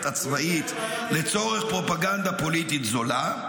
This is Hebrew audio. הצבאית לצורך פרופגנדה פוליטית זולה,